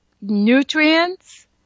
nutrients